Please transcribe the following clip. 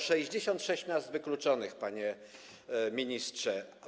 66 miast wykluczonych, panie ministrze.